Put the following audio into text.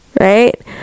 right